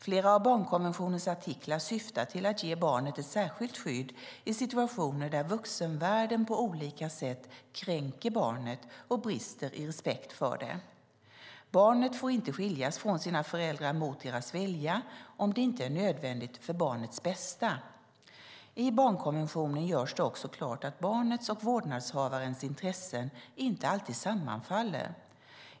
Flera av barnkonventionens artiklar syftar till att ge barnet ett särskilt skydd i situationer där vuxenvärlden på olika sätt kränker barnet och brister i respekt för det. Barnet får inte skiljas från sina föräldrar mot deras vilja, om det inte är nödvändigt för barnets bästa. I barnkonventionen görs det också klart att barnets och vårdnadshavarnas intressen inte alltid sammanfaller.